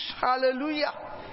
Hallelujah